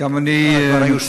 גם אני מצטרף